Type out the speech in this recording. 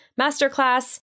masterclass